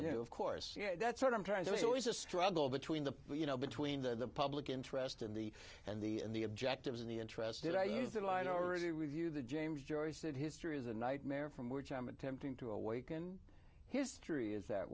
new of course that's what i'm trying to be always a struggle between the you know between the public interest and the and the and the objectives in the interest that i use that line already review the james joyce that history is a nightmare from which i'm attempting to awaken history is that